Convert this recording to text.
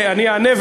אני אענה,